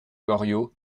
goriot